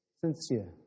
sincere